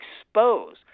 expose